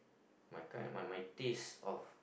my kind my my taste of